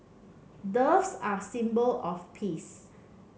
doves are a symbol of peace